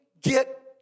get